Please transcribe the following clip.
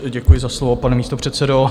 Děkuji za slovo, pane místopředsedo.